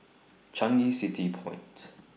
Changi City Point